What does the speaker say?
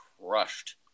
crushed